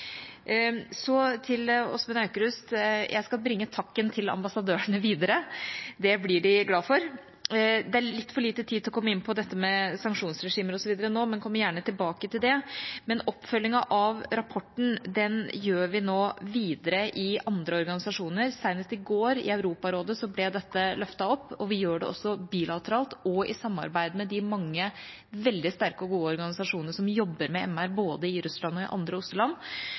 Til representanten Åsmund Aukrust: Jeg skal bringe takken til ambassdørene videre. Det blir de glade for. Det er litt for lite tid til å komme inn på sanksjonsregimer osv. nå, men jeg kommer gjerne tilbake til det, men oppfølgingen av rapporten tar vi videre i andre organisasjoner. Senest i går i Europarådet ble det løftet opp. Vi gjør det også bilateralt og i samarbeid med de mange veldig sterke og gode organisasjonene som jobber med MR, både i Russland og i andre